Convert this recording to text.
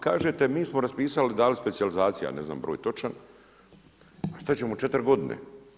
Kažete mi smo raspisali i dali specijalizacije, ne znam broj točan, a šta ćemo u 4 godine?